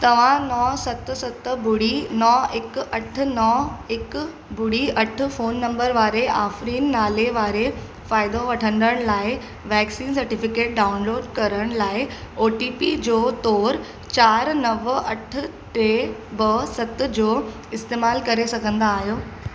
तव्हां नव सत सत ॿुड़ी नव हिकु अठ नव हिकु ॿुड़ी अठ फोन नंबर वारे आफ़रीन नाले वारे फ़ाइदो वठंदड़ लाइ वैक्सीन सर्टिफिकेट डाउनलोड करण लाइ ओ टी पी जो तोर चार नव अठ टे ॿ सत जो इस्तेमालु करे सघंदा आहियो